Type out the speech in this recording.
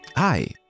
Hi